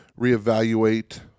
reevaluate